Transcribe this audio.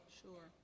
sure